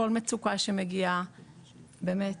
כל מצוקה שמגיעה, באמת,